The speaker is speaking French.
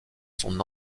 son